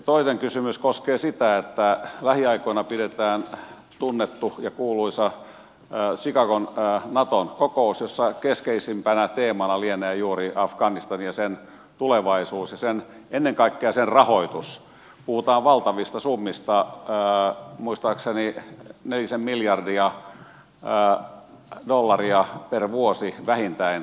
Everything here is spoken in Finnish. toinen kysymys koskee sitä että lähiaikoina pidetään tunnettu ja kuuluisa naton chicagon kokous jossa keskeisimpänä teemana lienee juuri afganistan ja sen tulevaisuus ja ennen kaikkea sen rahoitus puhutaan valtavista summista muistaakseni nelisen miljardia dollaria per vuosi vähintään